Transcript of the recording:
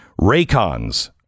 Raycons